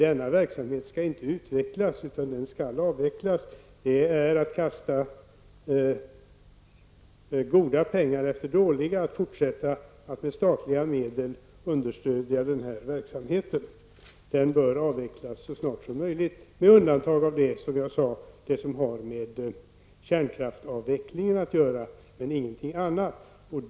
Denna verksamhet skall inte utvecklas, utan den skall avvecklas. Att med statliga medel understödja den här verksamheten är att kasta goda pengar efter dåliga. Verksamheten bör avvecklas så snart som möjligt med undantag för, som jag sade, det som har med kärnkraftsavvecklingen att göra.